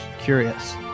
curious